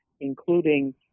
including